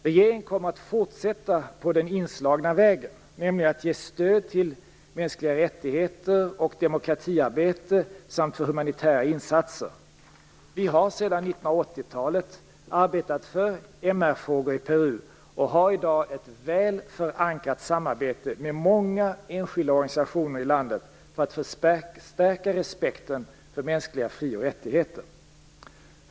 Regeringen kommer att fortsätta på den inslagna vägen, nämligen genom att ge stöd till MR och demokratiarbete samt för humanitära insatser. Vi har sedan 1980-talet arbetat för MR-frågor i Peru och har i dag ett väl förankrat samarbete med många enskilda organisationer i landet för att förstärka respekten för mänskliga fri och rättigheter.